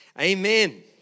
Amen